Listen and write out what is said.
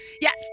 Yes